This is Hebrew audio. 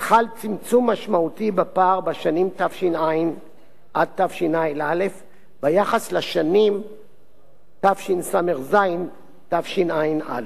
חל צמצום משמעותי בפער בשנים תש"ע עד תשע"א ביחס לשנים תשס"ז תשע"א.